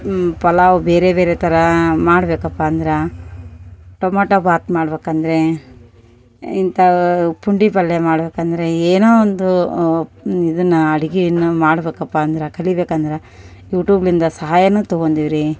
ಈ ಪಲಾವು ಬೇರೆ ಬೇರೆ ಥರಾ ಮಾಡ್ಬೇಕಪ್ಪ ಅಂದರ ಟಮೊಟೊ ಬಾತು ಮಾಡ್ಬೇಕು ಅಂದರೆ ಇಂಥಾ ಪುಂಡಿ ಪಲ್ಯ ಮಾಡ್ಬೇಕಂದರೆ ಏನೋ ಒಂದು ಇದನ್ನ ಅಡಿಗಿನು ಮಾಡ್ಬೇಕಪ್ಪ ಅಂದರ ಕಲಿಬೇಕು ಅಂದರ ಯುಟೂಬ್ ಇಂದ ಸಹಾಯನು ತಗೊಂದೀವಿ ರೀ